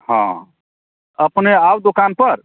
हँ अपने आउ दोकान पर